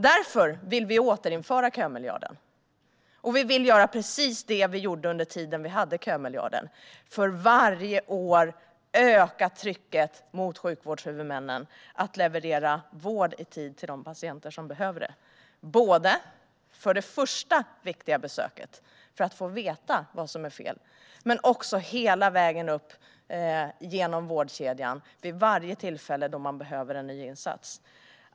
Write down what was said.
Därför vill vi återinföra kömiljarden och göra precis det vi gjorde under den tid den fanns: för varje år öka trycket på sjukvårdshuvudmännen att i tid leverera vård till de patienter som behöver det. Det gäller det första viktiga besöket, där man får veta vad som är fel, men också hela vägen genom vårdkedjan, vid varje tillfälle då man behöver en ny insats.